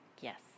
Yes